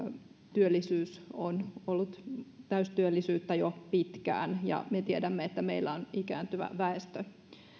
työllisyys on ollut täystyöllisyyttä jo pitkään ja me tiedämme että meillä on ikääntyvä väestö